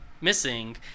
missing